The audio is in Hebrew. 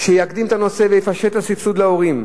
שיקדם את הנושא ויפשט את הסבסוד להורים.